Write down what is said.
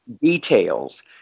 details